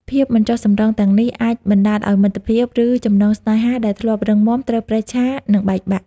ភាពមិនចុះសម្រុងទាំងនេះអាចបណ្ដាលឲ្យមិត្តភាព ឬចំណងស្នេហាដែលធ្លាប់រឹងមាំត្រូវប្រេះឆា និងបែកបាក់។